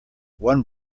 one